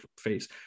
face